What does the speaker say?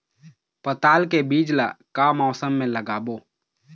पताल के बीज ला का मौसम मे लगाबो?